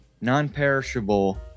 non-perishable